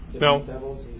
no